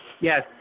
Yes